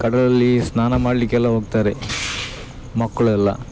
ಕಡಲಲ್ಲಿ ಸ್ನಾನ ಮಾಡ್ಲಿಕ್ಕೆಲ್ಲ ಹೋಗ್ತಾರೆ ಮಕ್ಕಳು ಎಲ್ಲ